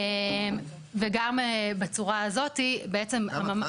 וגם בצורה הזאת בעצם הממ"ק.